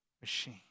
machine